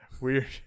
weird